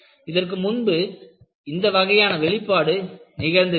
இதற்கு முன்பு இந்த வகையான வெளிப்பாடு நிகழ்ந்ததில்லை